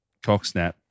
cocksnap